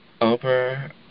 over